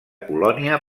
colònia